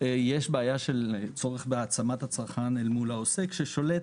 יש בעיה של צורך בהעצמת הצרכן אל מול העוסק ששולט